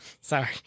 Sorry